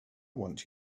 want